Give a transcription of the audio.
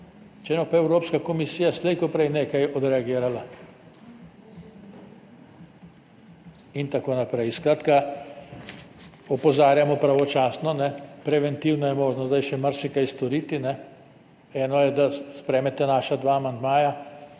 ne, bo pa evropska komisija slej ko prej nekako odreagirala in tako naprej. Skratka, opozarjamo pravočasno, preventivno je možno zdaj še marsikaj storiti. Eno je, da sprejmete naša dva amandmaja,